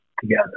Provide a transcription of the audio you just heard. together